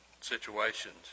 situations